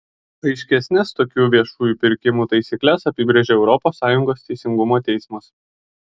aiškesnes tokių viešųjų pirkimų taisykles apibrėžė europos sąjungos teisingumo teismas